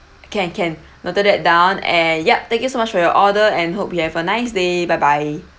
can can noted that down and yup thank you so much for your order and hope you have a nice day bye bye